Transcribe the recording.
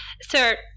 Sir